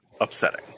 upsetting